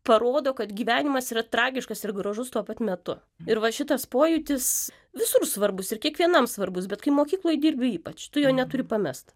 parodo kad gyvenimas yra tragiškas ir gražus tuo pat metu ir va šitas pojūtis visur svarbus ir kiekvienam svarbus bet kai mokykloj dirbi ypač tu jo neturi pamest